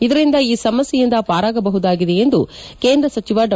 ಇದರಿಂದ ಈ ಸಮಸ್ಥೆಯಿಂದ ಪಾರಾಗಬಹುದಾಗಿದೆ ಎಂದು ಕೇಂದ್ರ ಸಚಿವ ಡಾ